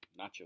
nachos